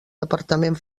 departament